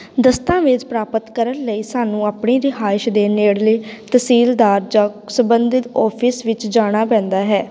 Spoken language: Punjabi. ਦਸਤਾਵੇਜ਼ ਪ੍ਰਾਪਤ ਕਰਨ ਲਈ ਸਾਨੂੰ ਆਪਣੀ ਰਿਹਾਇਸ਼ ਦੇ ਨੇੜਲੇ ਤਹਿਸੀਲਦਾਰ ਜਾਂ ਸੰਬੰਧਿਤ ਔਫਿਸ ਵਿੱਚ ਜਾਣਾ ਪੈਂਦਾ ਹੈ